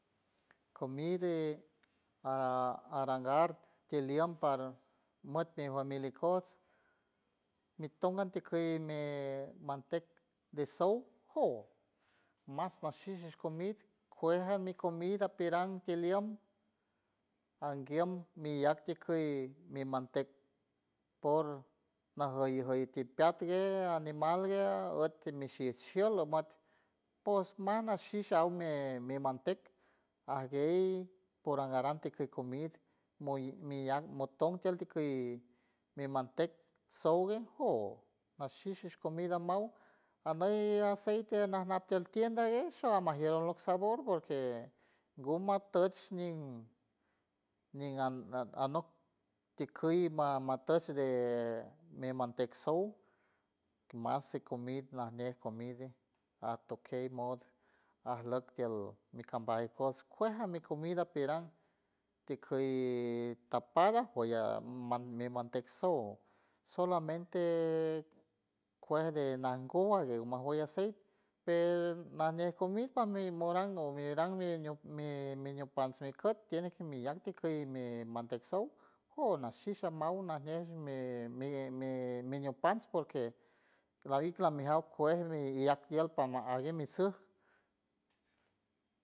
Comiden ara arangar tiliam para mote famil ikots miton anti qui mer mantec de sous joou mas paciens comid cuejan mi comida peran tiliom aranguiam miyac ti ker mi mantec por najgallegalletiguey animal ye mot ti miti shielo mat pos mas nashi shaumen mi mantek aguey por arangarat mitok comid moy miyan moton tieldikii mi mantec souguer joou nashishis comida mayj aney aceite anak natiel tienda es solo mas cielo alok sabor porque gumatok ñin ñin anok tikeyj ma matosh de me mantecsous masa comid najñe comide atokey moda ajlok tield miacambay cuos cues a micomida perans ticueys tapado cueya mi mantecsous solamente cueje de nangu aguey masou aceite per nañej comida nañej moran no miran mi miñiom pans ikots tiene que miyante quie mi mantecsous jou nashisa mau najñe mi mi miñions pans porque clarik clamijiar cuejmi iak ial palma aguemisuj.